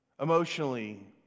emotionally